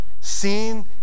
seen